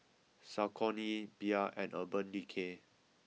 Saucony Bia and Urban Decay